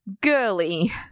girly